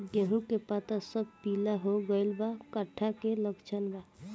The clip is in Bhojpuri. गेहूं के पता सब पीला हो गइल बा कट्ठा के लक्षण बा?